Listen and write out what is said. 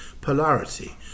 polarity